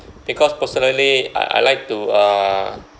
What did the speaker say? because personally I I like to err